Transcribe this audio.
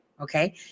Okay